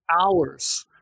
hours